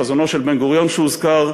חזונו של בן-גוריון שהוזכר,